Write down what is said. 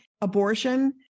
abortion